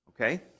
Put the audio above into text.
okay